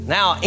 Now